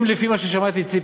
אם, לפי מה ששמעתי מציפי